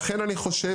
ולכן אני חושב,